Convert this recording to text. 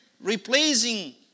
replacing